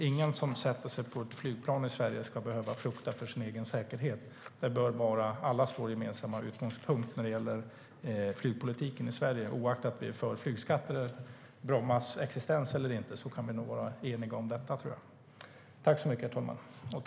Ingen som sätter sig på ett flygplan i Sverige ska behöva frukta för sin egen säkerhet. Det bör vara allas vår gemensamma utgångspunkt när det gäller flygpolitiken i Sverige. Oavsett om vi är för eller mot flygskatter eller Bromma flygplats existens kan vi nog vara eniga om detta.